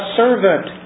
servant